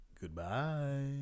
Goodbye